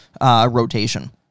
rotation